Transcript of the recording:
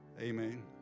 Amen